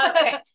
Okay